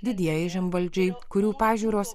didieji žemvaldžiai kurių pažiūros